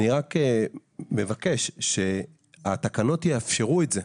אני רק מבקש שהתקנות יאפשרו את זה.